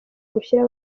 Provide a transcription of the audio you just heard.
gushyira